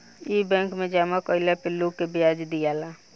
ए bank मे जामा कइला पे लोग के ब्याज दियाला